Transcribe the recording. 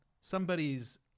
somebody's